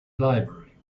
library